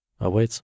awaits